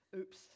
oops